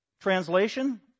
Translation